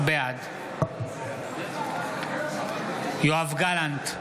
בעד יואב גלנט,